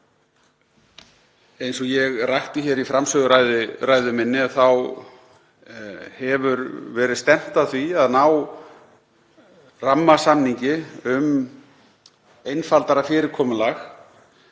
eins og ég rakti í framsöguræðu minni þá hefur verið stefnt að því að ná rammasamningi um einfaldara fyrirkomulag